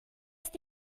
ist